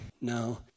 No